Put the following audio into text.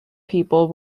people